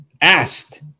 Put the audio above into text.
asked